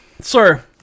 sir